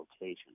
location